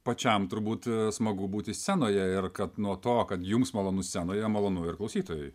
pačiam turbūt smagu būti scenoje ir kad nuo to kad jums malonu scenoje malonu ir klausytojui